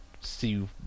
see